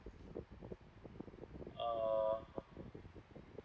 uh